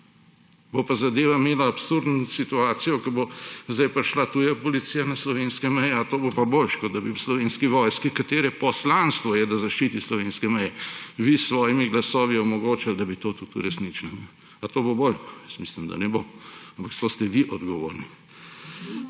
Bo pa zadeva imela absurdno situacijo, ko bo zdaj prišla tuja policija na slovenske meje. A to bo pa boljše, kot da bi vi slovenski vojski, katere poslanstvo je, da zaščiti slovenske meje, s svojimi glasovi omogočili, da bi to tudi uresničili? A to bo bolje? Jaz mislim, da ne bo. Ampak za to ste vi odgovorni.